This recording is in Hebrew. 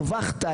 הרווחת,